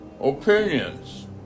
opinions